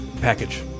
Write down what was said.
Package